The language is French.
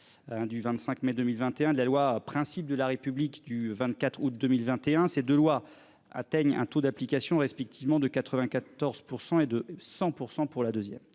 Du 25 mai 2021 de la loi principes de la République du 24 août 2021. C'est de loi atteignent un taux d'application respectivement de 94% et de 100% pour la deuxième.